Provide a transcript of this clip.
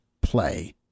play